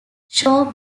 shaw